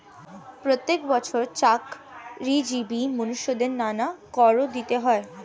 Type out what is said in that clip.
প্রত্যেক বছর চাকরিজীবী মানুষদের নানা কর দিতে হয়